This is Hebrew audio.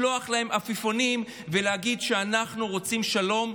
שאפשר לשלוח להם עפיפונים ולהגיד שאנחנו רוצים שלום.